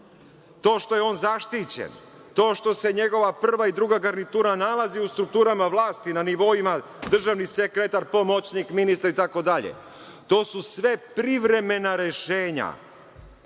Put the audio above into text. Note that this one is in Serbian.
to što je on zaštićen, to što se njegova prva i druga garnitura nalazi u strukturama vlasti, na nivoima državni sekretar, pomoćnik ministra itd, to su sve privremena rešenja,